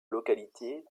localité